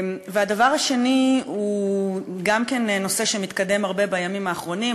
הדבר השני גם הוא נושא שמתקדם הרבה בימים האחרונים,